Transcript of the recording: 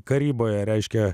karyboje reiškia